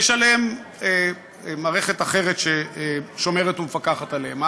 יש מערכת אחרת ששומרת ומפקחת עליהם.